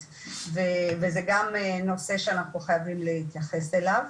וזה גם נושא שאנחנו חייבים להתייחס אליו.